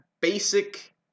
basic